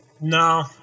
No